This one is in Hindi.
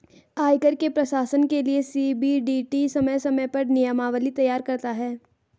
आयकर के प्रशासन के लिये सी.बी.डी.टी समय समय पर नियमावली तैयार करता है